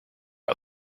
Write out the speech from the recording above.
out